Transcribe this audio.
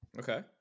Okay